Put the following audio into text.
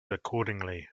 accordingly